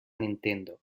nintendo